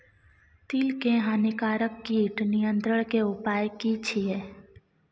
तिल के हानिकारक कीट नियंत्रण के उपाय की छिये?